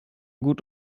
gut